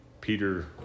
Peter